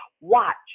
watch